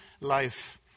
life